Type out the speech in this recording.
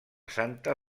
santa